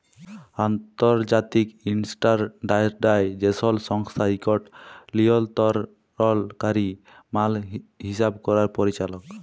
আলতর্জাতিক ইসট্যানডারডাইজেসল সংস্থা ইকট লিয়লতরলকারি মাল হিসাব ক্যরার পরিচালক